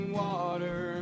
water